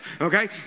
Okay